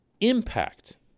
impact